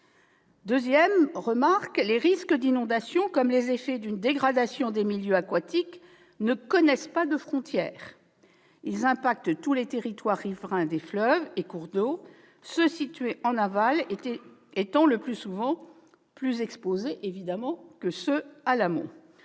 En outre, les risques d'inondation, comme les effets d'une dégradation des milieux aquatiques, ne connaissent pas de frontières. Ils menacent tous les territoires riverains des fleuves et cours d'eau, ceux situés en aval étant souvent plus exposés que ceux à l'amont.